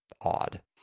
odd